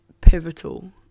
pivotal